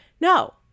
No